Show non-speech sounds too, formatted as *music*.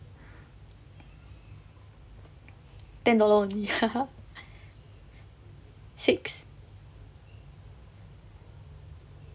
ten dollar only *laughs* six